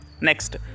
next